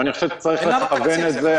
אני חושב שצריך לכוון את זה.